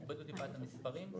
הורידו טיפה את המספרים,